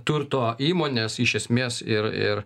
turto įmonės iš esmės ir ir